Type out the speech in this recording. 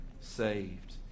saved